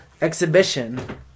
exhibition